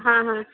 ହଁ ହଁ